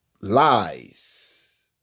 lies